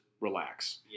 relax